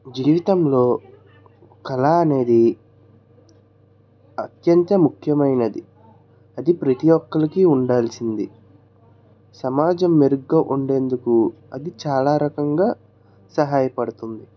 జీవితంలో కళ అనేది అత్యంత ముఖ్యమైనది అది ప్రతి ఒక్కరికి ఉండాల్సింది సమాజం మెరుగ్గా ఉండేందుకు అది చాలా రకంగా సహాయపడుతుంది